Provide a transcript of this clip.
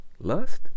lust